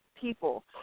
people